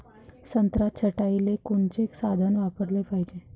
संत्रा छटाईले कोनचे साधन वापराले पाहिजे?